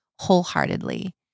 wholeheartedly